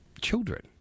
children